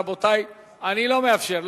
רבותי, אני לא מאפשר.